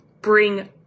bring